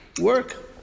work